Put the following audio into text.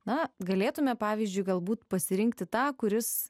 na galėtumėme pavyzdžiui galbūt pasirinkti tą kuris